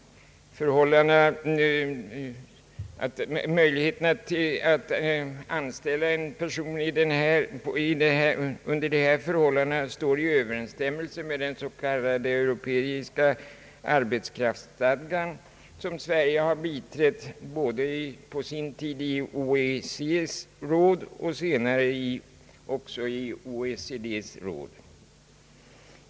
Möjligheterna att anställa en person under sådana förhållanden överensstämmer med den s.k. europeiska arbetskraftsstadgan, som Sverige har biträtt både på sin tid i OEEC och senare även i OECD:s råd.